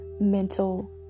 mental